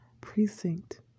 precinct